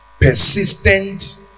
persistent